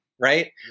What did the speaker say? right